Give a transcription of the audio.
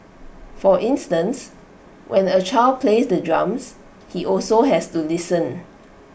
for instance when A child plays the drums he also has to listen